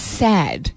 sad